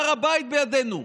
הר הבית בידינו.